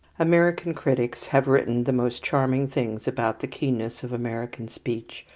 american critics have written the most charming things about the keenness of american speech,